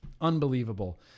Unbelievable